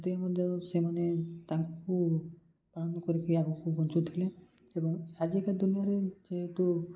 ଏଥି ମଧ୍ୟରୁ ସେମାନେ ତାଙ୍କୁ ପାଳନ କରିକି ଆଗକୁ ବଞ୍ଚୁଥିଲେ ଏବଂ ଆଜିକା ଦୁନିଆଁରେ ଯେହେତୁ